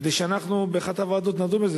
כדי שאנחנו באחת הוועדות נדון בזה.